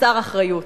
חסר אחריות.